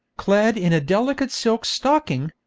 clad in a delicate silk stocking,